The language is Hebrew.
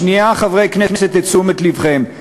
שנייה, חברי הכנסת, את תשומת לבכם.